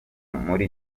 muri